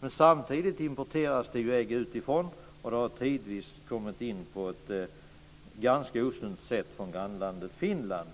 problemet, men det importeras ju också ägg utifrån. Sådana har tidvis kommit in på ett ganska osunt sätt från grannlandet Finland.